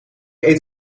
eet